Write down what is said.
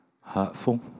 hurtful